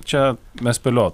čia mes spėliot